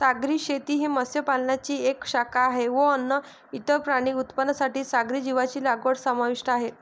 सागरी शेती ही मत्स्य पालनाची एक शाखा आहे व अन्न, इतर प्राणी उत्पादनांसाठी सागरी जीवांची लागवड समाविष्ट आहे